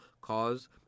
cause